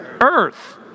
Earth